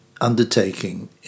undertaking